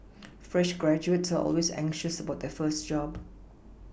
fresh graduates are always anxious about their first job